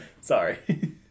Sorry